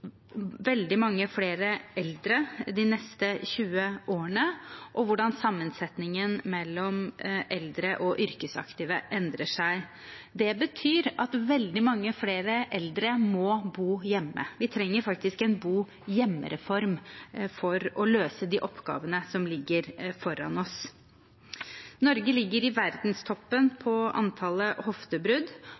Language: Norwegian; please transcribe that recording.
veldig mange flere eldre de neste 20 årene, og hvordan sammensetningen mellom eldre og yrkesaktive endrer seg. Det betyr at veldig mange flere eldre må bo hjemme; vi trenger faktisk en bo-hjemme-reform for å løse de oppgavene som ligger foran oss. Norge ligger i verdenstoppen i antall hoftebrudd.